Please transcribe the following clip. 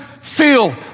Feel